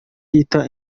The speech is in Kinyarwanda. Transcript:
yita